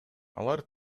алар